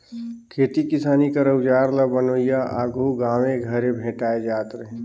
खेती किसानी कर अउजार ल बनोइया आघु गाँवे घरे भेटाए जात रहिन